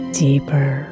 deeper